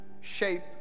shape